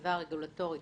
הסביבה הרגולטורית,